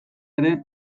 ere